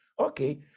okay